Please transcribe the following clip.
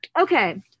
Okay